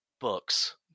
books